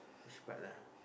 which part lah